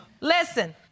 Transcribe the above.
Listen